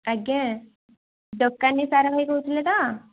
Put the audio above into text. ଆଜ୍ଞା ଦୋକାନୀ ସାର ଭାଇ କହୁଥିଲେ ତ